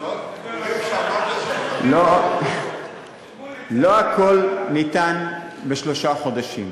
לא הכול ניתן, בשלושה חודשים.